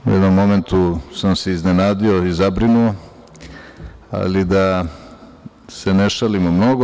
U jednom momentu sam se iznenadio i zabrinuo, ali da se ne šalimo mnogo.